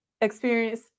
experience